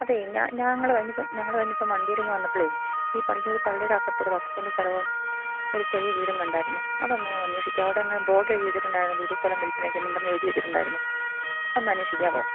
അതേയ് ഞങ്ങൾ കഴിഞ്ഞ ദിവസം ഞങ്ങൾ കഴിഞ്ഞ ദിവസം വണ്ടിയിൽ ഇങ്ങ് വന്നപ്പോൾ ഈ പണിക്കൻകുടി പള്ളിയുടെ അപ്പുറത്ത് പത്ത് സെൻറ്റ് സ്ഥലവും ഒരു ചെറിയ വീടും കണ്ടായിരുന്നു അതൊന്ന് അന്വേഷിക്കാമോ ക്കവടങ്ങ് ബോർഡെഴുതി വെച്ചിട്ടുണ്ടായിരുന്നു വീടും സ്ഥലവും വിൽപ്പനയ്ക്ക് എന്നും പറഞ്ഞ് എഴുതി വെച്ചിട്ടുണ്ടായിരുന്നു അത് ഒന്ന് അന്വേഷിക്കാമോ